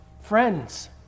friends